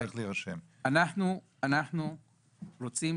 אנחנו רוצים